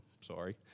sorry